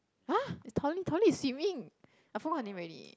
!huh! it's Tao-Li Tao-Li Tao-Li is swimming I found her name already